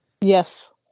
Yes